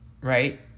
right